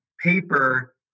paper